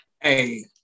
Hey